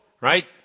right